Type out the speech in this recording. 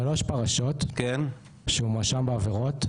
שלוש פרשות שהוא מואשם בעבירות,